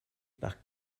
par